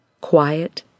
quiet